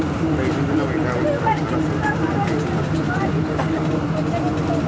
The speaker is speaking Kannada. ದೈನಂದಿನ ವಹಿವಾಟಗೋಳಿಗೆ ರೊಕ್ಕಾನ ಸುಲಭದಿಂದಾ ಠೇವಣಿ ಮಾಡಲಿಕ್ಕೆ ಮತ್ತ ಹಿಂಪಡಿಲಿಕ್ಕೆ ನಿಮಗೆ ಅನುಮತಿಸುತ್ತದೆ